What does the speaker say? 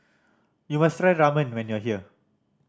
you must try Ramen when you are here